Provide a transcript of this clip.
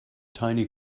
tiny